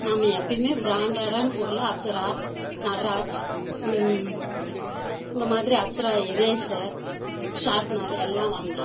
நாம் எப்பையுமே பிராண்டட்டான பொருளாக அப்ஸரா நட்ராஜ் இந்த மாதிரி அப்ஸரா எரேசர் ஷார்ப்னரு எல்லாம் வாங்குகிறோம்